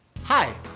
Hi